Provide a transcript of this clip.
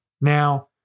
Now